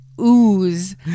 ooze